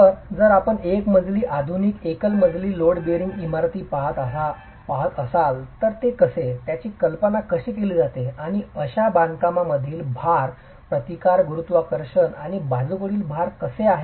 तर जर आपण एकल मजली आधुनिक एकल मजली लोड बेअरिंग इमारती पाहत असाल तर ते कसे त्यांची कल्पना कशी केली जाते आणि अशा बांधकामांमधील भार प्रतिकार गुरुत्वाकर्षण आणि बाजूकडील भार कसे आहे